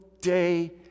day